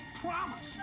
promise